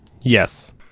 yes